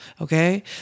Okay